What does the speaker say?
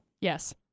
Yes